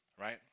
right